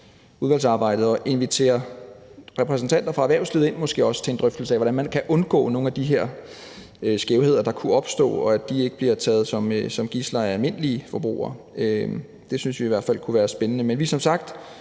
udvalgsarbejdet at invitere repræsentanter fra erhvervslivet ind til en drøftelse af, hvordan man kan undgå nogle af de her skævheder, der kunne opstå, og at de ikke bliver taget som gidsler af almindelige forbrugere. Det synes vi i hvert fald kunne være spændende. Men vi er som sagt